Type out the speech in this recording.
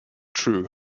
true